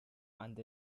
and